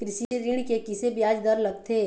कृषि ऋण के किसे ब्याज दर लगथे?